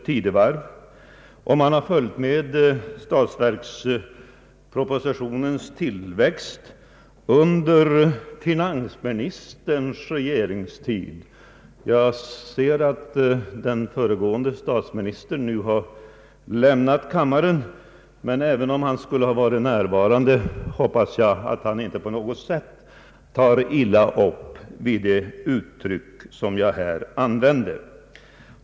Herr talman! Vi lever i rekordens tidevarv. Jag ser att den föregående statsministern nu har lämnat kammaren. Men jag hoppas att han, även om han skulle ha varit närvarande, inte på något sätt hade tagit illa upp av det uttryck som jag här använder.